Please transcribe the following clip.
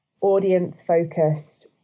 audience-focused